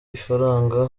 ifaranga